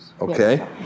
Okay